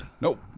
Nope